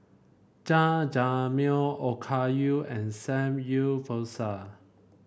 Jajangmyeon Okayu and Samgyeopsal